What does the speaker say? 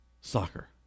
soccer